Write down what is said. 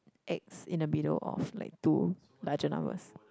acts in the middle of like two bargain hours